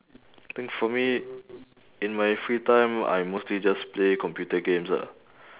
I think for me in my free time I mostly just play computer games ah